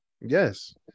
Yes